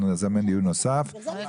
אנחנו נזמן דיון נוסף וכל אלה יבואו,